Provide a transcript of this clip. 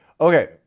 Okay